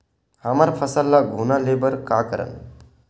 हमर फसल ल घुना ले बर का करन?